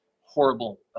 horrible